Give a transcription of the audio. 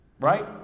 right